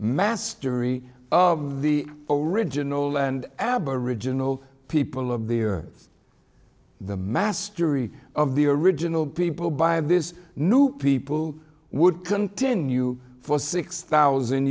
mastery of the original and aboriginal people of the earth the mastery of the original people by this new people would continue for six thousand